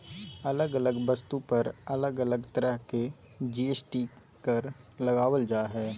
अलग अलग वस्तु पर अलग अलग तरह के जी.एस.टी कर लगावल जा हय